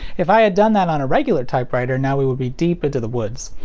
if i had done that on a regular typewriter now we would be deep into the woods.